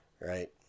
right